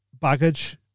baggage